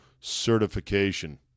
certification